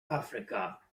africa